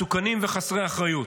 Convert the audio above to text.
מסוכנים וחסרי אחריות.